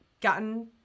gotten